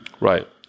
Right